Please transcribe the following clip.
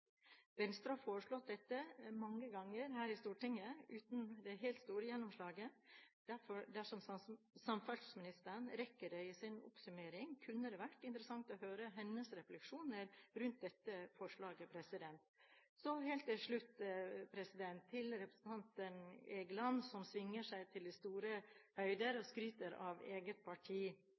Venstre har foreslått dette mange ganger her i Stortinget – uten det helt store gjennomslaget. Dersom samferdselsministeren rekker det i sin oppsummering, kunne det vært interessant å høre hennes refleksjoner rundt dette forslaget. Så helt til slutt, til representanten Egeland, som svinger seg til de store høyder og skryter av eget parti.